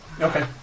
Okay